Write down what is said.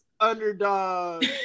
underdog